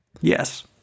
Yes